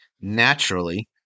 Naturally